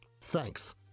Thanks